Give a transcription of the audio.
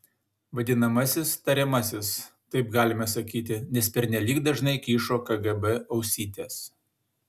vadinamasis tariamasis taip galime sakyti nes pernelyg dažnai kyšo kgb ausytės